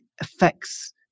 affects